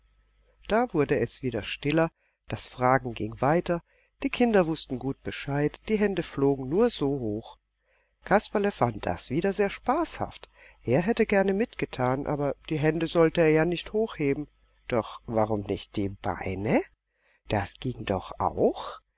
da wurde es wieder stiller das fragen ging weiter die kinder wußten gut bescheid die hände flogen nur so hoch kasperle fand das wieder sehr spaßhaft er hätte gerne mitgetan aber die hände sollte er ja nicht hochheben doch warum nicht die beine das ging doch auch